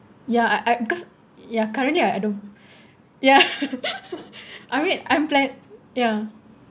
ya I I because you currently I don't ya I mean I'm glad ya